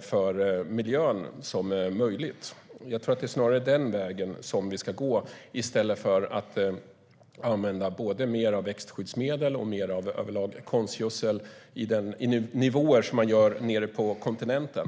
för miljön som möjligt. Jag tror att det snarare är den vägen som vi ska gå, i stället för att använda mer av växtskyddsmedel och överlag mer av konstgödsel och nå de nivåer som råder nere på kontinenten.